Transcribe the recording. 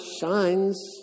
shines